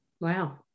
Wow